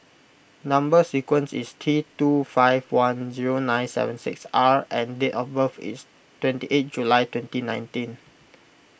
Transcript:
Number Sequence is T two five one zero nine seven six R and date of birth is twenty eight July twenty nineteen